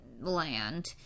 land